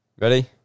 Ready